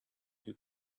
who